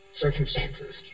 circumstances